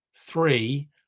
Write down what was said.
three